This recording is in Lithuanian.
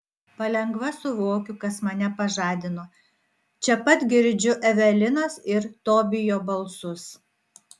palengva suvokiu kas mane pažadino čia pat girdžiu evelinos ir tobijo balsus